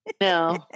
No